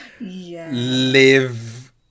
live